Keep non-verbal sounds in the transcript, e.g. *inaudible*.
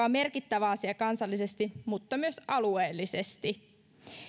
*unintelligible* on merkittävä asia kansallisesti mutta myös alueellisesti